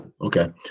okay